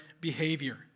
behavior